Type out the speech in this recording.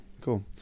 cool